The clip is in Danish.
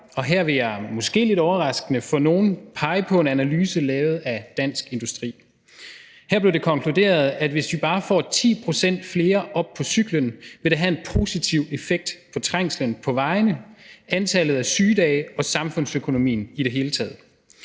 og her vil jeg måske lidt overraskende for nogen pege på en analyse lavet af Dansk Industri. Her blev det konkluderet, at hvis vi bare får 10 pct. flere op på cyklen, vil det have en positiv effekt på trængslen på vejene, antallet af sygedage og samfundsøkonomien i det hele taget.